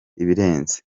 ibirenze